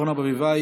אורנה ברביבאי,